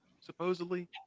supposedly